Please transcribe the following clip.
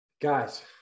Guys